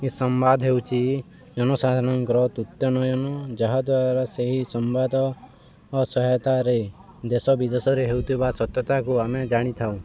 ଏ ସମ୍ବାଦ ହେଉଛି ଜନସାଧାରଣଙ୍କର ତୃତୀୟନୟନ ଯାହାଦ୍ୱାରା ସେହି ସମ୍ବାଦ ସହାୟତାରେ ଦେଶ ବିଦେଶରେ ହେଉଥିବା ସତ୍ୟତାକୁ ଆମେ ଜାଣିଥାଉ